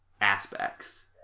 aspects